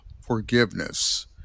forgiveness